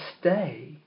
stay